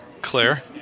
Claire